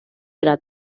era